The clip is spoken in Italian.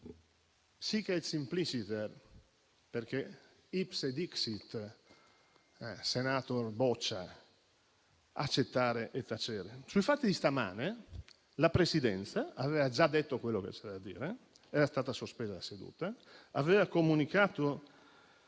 *sic et simpliciter*, perché *ipse dixit*, *senator* Boccia, accettare e tacere. Sui fatti di stamane, la Presidenza aveva già detto quello che c'era da dire. Era stata sospesa la seduta e la